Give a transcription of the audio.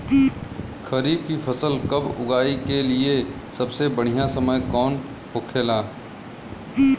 खरीफ की फसल कब उगाई के लिए सबसे बढ़ियां समय कौन हो खेला?